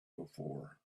before